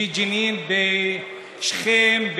בג'נין, בשכם,